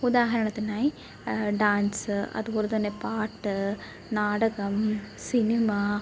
ഉദാഹരണത്തിനായി ഡാൻസ് അതുപോലെത്തന്നെ പാട്ട് നാടകം സിനിമ